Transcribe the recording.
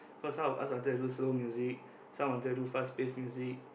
cause some of us wanted to do slow music some wanted to do fast pace music